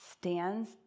stands